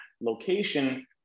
location